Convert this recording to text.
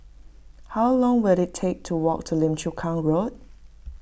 how long will it take to walk to Lim Chu Kang Road